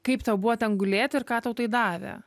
kaip tau buvo ten gulėt ir ką tau tai davė